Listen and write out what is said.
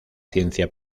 ciencia